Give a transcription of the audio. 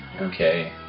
Okay